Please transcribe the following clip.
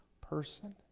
person